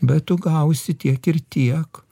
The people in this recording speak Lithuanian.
bet tu gausi tiek ir tiek